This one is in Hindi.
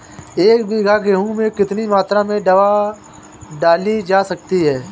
एक बीघा गेहूँ में कितनी मात्रा में दवा डाली जा सकती है?